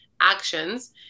actions